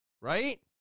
Right